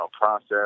process